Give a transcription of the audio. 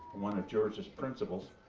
one of george's principals.